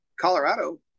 Colorado